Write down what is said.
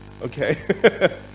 Okay